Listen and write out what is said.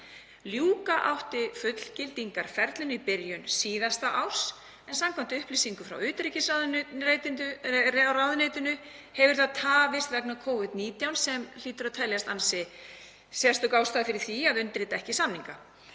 Ljúka átti fullgildingarferli í byrjun síðasta árs, en samkvæmt upplýsingum frá utanríkisráðuneytinu hefur það tafist vegna Covid-19, sem hlýtur að teljast ansi sérstök ástæða fyrir því að undirrita ekki samninga.